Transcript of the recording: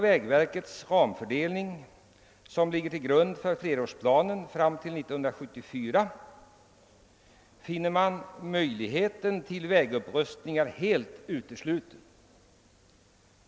Vägverkets ramfördelning, som ligger till grund för flerårsplanen fram till 1974, visar att möjligheten att upprusta dessa vägar är helt utesluten.